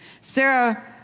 Sarah